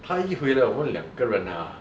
他一回来我们两个人 ah